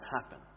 happen